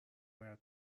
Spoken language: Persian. باید